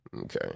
Okay